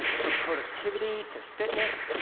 from productivity to fitness,